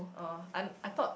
oh I I thought